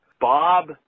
Bob